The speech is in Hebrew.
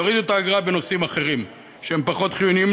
תורידו את האגרה בנושאים אחרים שהם פחות חיוניים